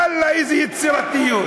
איזו יצירתיות.